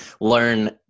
learn